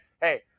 hey